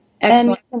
Excellent